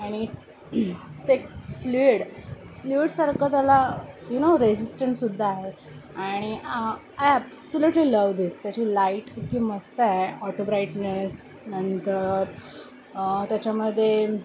आणि ते एक फ्ल्युएड फ्ल्यूडसारखं त्याला यू नो रेझिस्टंटसुद्धा आहे आणि आय ॲप्सलेटली लव दिस त्याची लाईट इतकी मस्त आहे ऑटो ब्राईटनेस नंतर त्याच्यामध्ये